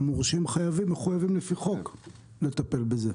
המורשים מחויבים לפי חוק לטפל בזה.